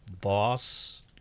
Boss